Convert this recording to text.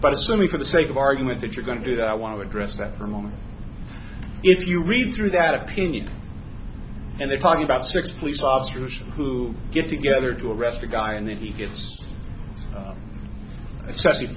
but assuming for the sake of argument that you're going to do that i want to address that for a moment if you read through that opinion and they're talking about six police officers who get together to arrest of guy and then he gets